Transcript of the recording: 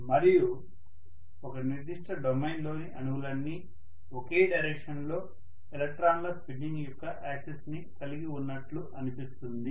మరియు ఒక నిర్దిష్ట డొమైన్లోని అణువులన్నీ ఒకే డైరెక్షన్ లో ఎలక్ట్రాన్ల స్పిన్నింగ్ యొక్క యాక్సిస్ ని కలిగి ఉన్నట్లు అనిపిస్తుంది